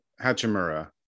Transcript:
Hachimura